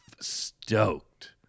stoked